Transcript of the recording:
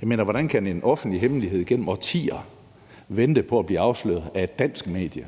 Jeg mener, hvordan kan en offentlig hemmelighed gennem årtier vente på at blive afsløret af et danske medie?